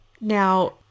Now